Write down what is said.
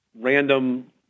random